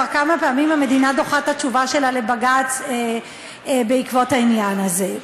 כבר כמה פעמים המדינה דוחה את התשובה שלה לבג"ץ בעקבות העניין הזה.